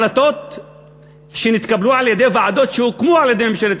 החלטות שנתקבלו על-ידי ועדות שהוקמו על-ידי ממשלת